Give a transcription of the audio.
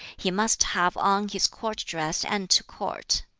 he must have on his court dress and to court.